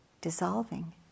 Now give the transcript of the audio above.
dissolving